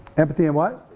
empathy and what?